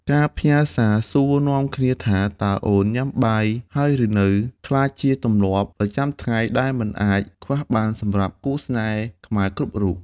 ការផ្ញើសារសួរនាំគ្នាថា "តើអូនបានញ៉ាំបាយហើយឬនៅ?" ក្លាយជាទម្លាប់ប្រចាំថ្ងៃដែលមិនអាចខ្វះបានសម្រាប់គូស្នេហ៍ខ្មែរគ្រប់រូប។